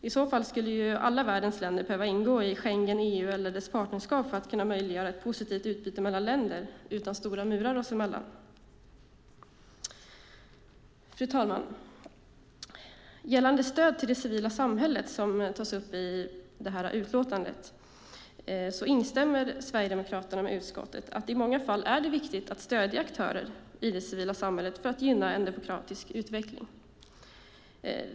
I så fall skulle ju alla världens länder behöva ingå i Schengen, i EU eller i dess partnerskap - detta för att kunna möjliggöra ett positivt utbyte mellan våra länder utan stora murar oss emellan. Fru talman! Gällande stöd till det civila samhället, vilket tas upp i utlåtandet, instämmer Sverigedemokraterna med utskottet om att det i många fall är viktigt att stödja aktörer i det civila samhället för att gynna en demokratisk utveckling.